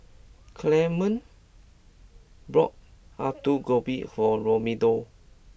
Clemence bought Alu Gobi for Romello